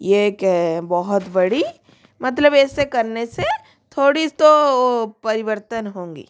ये एक बहुत बड़ी मतलब ऐसे करने से थोड़ा तो परिवर्तन होगा